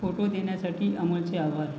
photo देण्यासाठी अमोलचे आभार